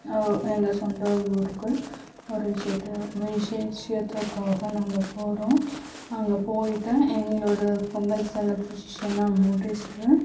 எங்கள் சொந்த ஊருக்கு ஒரு விஷேட்டு விசேஷியத்துக்காக நாங்கள் போகிறோம் அங்கே போய்விட்டு எங்களோட பொங்கல் செலப்ரேஷனெலாம் முடிச்சிட்டு